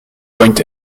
point